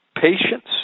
patience